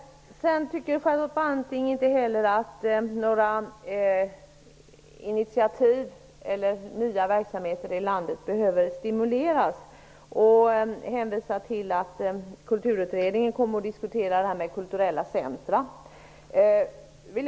Vidare tycker Charlotte Branting att det inte är nödvändigt med stimulanser när det gäller nya verksamheter i landet. Hon hänvisar till att Kulturutredningen kommer att diskutera detta med kulturella centrum.